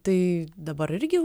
tai dabar irgi